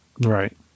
Right